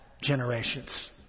generations